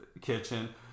kitchen